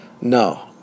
No